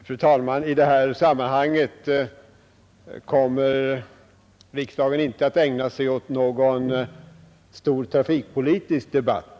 Fru talman! I detta sammanhang kommer kammarens ledamöter inte att ägna sig åt någon stor trafikpolitisk debatt.